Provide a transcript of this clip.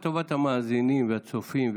לטובת המאזינים והצופים,